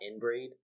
inbreed